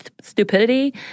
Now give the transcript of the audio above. stupidity